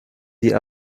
die